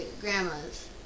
grandma's